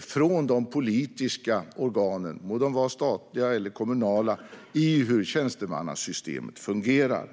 från de politiska organen, oavsett om det handlar om statliga eller kommunala organ, i hur tjänstemannasystemet fungerar.